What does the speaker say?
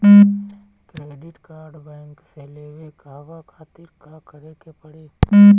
Credit card bank से लेवे कहवा खातिर का करे के पड़ी?